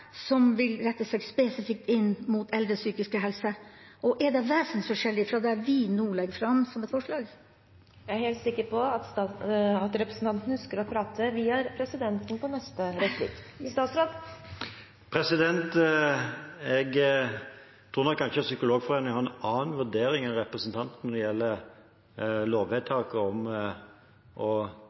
som vil rette seg spesifikt inn mot eldres psykiske helse? Og er det vesensforskjellig fra det vi nå legger fram som et forslag? Jeg tror nok at Psykologforeningen kanskje har en annen vurdering enn representanten når det gjelder lovvedtaket om